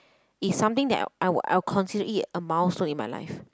is something that I'll I'll consider it a milestone in my life